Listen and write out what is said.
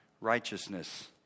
righteousness